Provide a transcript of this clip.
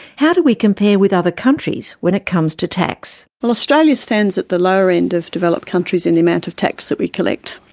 how do we compare with other countries when it comes to tax? well australia stands at the lower end of developed countries in the amount of tax that we collect,